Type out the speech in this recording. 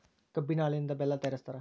ಕಬ್ಬಿನ ಹಾಲಿನಿಂದ ಬೆಲ್ಲ ತಯಾರಿಸ್ತಾರ